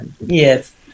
Yes